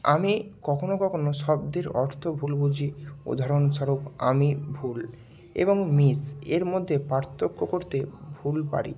আমি কখনও কখনও শব্দের অর্থ ভুল বুঝি উদাহরণ স্বরূপ আমি ভুল এবং মিস এর মধ্যে পার্থক্য করতে ভুল পারি